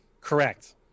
Correct